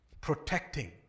protecting